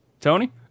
Tony